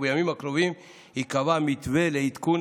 ובימים הקרובים ייקבע מתווה לעדכון